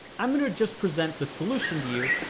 i'm going to just present the solution to you,